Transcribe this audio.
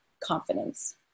confidence